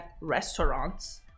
restaurants